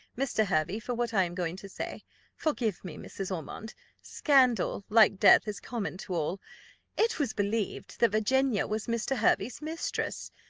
mr. hervey, for what i am going to say forgive me, mrs. ormond scandal, like death, is common to all it was believed that virginia was mr. hervey's mistress.